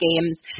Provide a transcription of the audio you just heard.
games